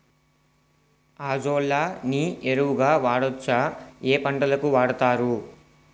Azolla ని ఎరువు గా వాడొచ్చా? ఏ పంటలకు వాడతారు?